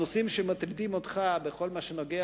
הנושאים שמטרידים אותך בכל מה שנוגע